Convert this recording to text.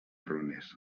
runes